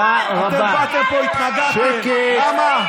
די כבר,